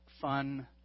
fun